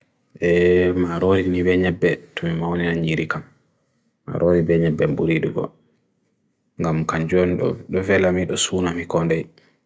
e marori nivenye bet, tumi mawne nan nirikam, marori nivenye ben bulidu go, ngan mkanjuon dovela midu suona mi kondey.